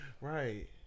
right